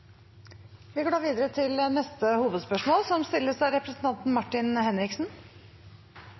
Vi går videre til neste hovedspørsmål.